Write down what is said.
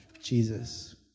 Jesus